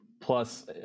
plus